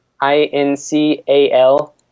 I-N-C-A-L